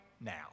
now